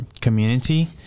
community